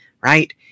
right